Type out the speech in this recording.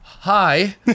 Hi